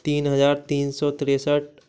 तीन हजार तीन सौ तिरसठ